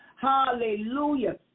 Hallelujah